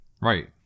Right